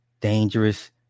dangerous